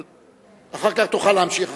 אחר כך תוכל להמשיך.